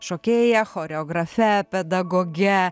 šokėja choreografe pedagoge